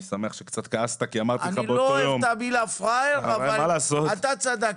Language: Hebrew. לא אוהב את המילה פראייר אבל אתה צדקת.